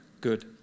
Good